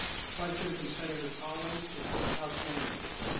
the question from senator collins is for the house managers.